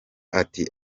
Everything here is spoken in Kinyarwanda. ati